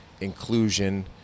inclusion